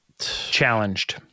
challenged